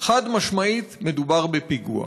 "חד-משמעית מדובר בפיגוע".